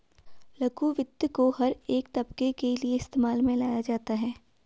लघु वित्त को हर एक तबके के लिये इस्तेमाल में लाया जाता है